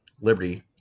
liberty